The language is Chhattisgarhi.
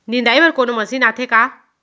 निंदाई बर कोनो मशीन आथे का?